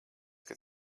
kad